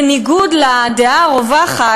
בניגוד לדעה הרווחת,